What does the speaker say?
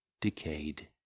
decayed